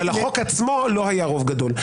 אבל לחוק עצמו לא היה רוב גדול.